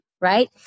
right